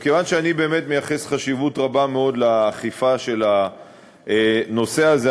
כיוון שאני באמת מייחס חשיבות רבה מאוד לאכיפה של הנושא הזה,